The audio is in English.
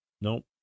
Nope